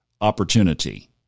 opportunity